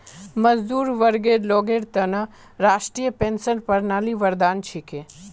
मजदूर वर्गर लोगेर त न राष्ट्रीय पेंशन प्रणाली वरदान छिके